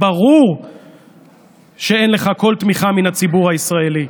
ברור שאין לך כל תמיכה מהציבור הישראלי.